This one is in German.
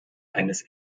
eines